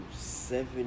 seven